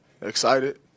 Excited